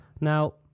Now